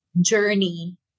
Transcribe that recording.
journey